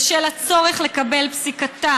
בשל הצורך לקבל פסיקתא